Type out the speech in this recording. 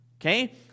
okay